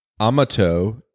Amato